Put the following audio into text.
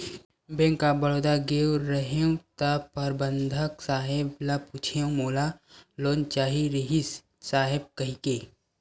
bank of Baroda गेंव रहेव त परबंधक साहेब ल पूछेंव मोला लोन चाहे रिहिस साहेब कहिके